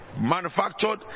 manufactured